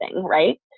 right